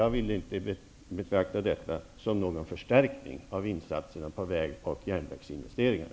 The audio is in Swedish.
Jag vill inte betrakta detta som någon förstärkning av insatserna när det gäller väg och järnvägsinvesteringar.